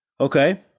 Okay